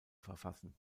verfassen